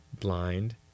blind